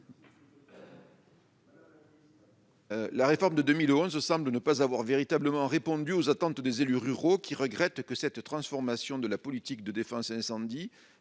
La réforme de 2011 semble ne pas avoir véritablement répondu aux attentes des élus ruraux, qui regrettent que cette transformation de la politique de défense incendie